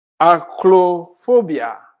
Acrophobia